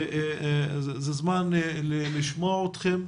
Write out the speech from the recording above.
זה הזמן לשמוע אתכם.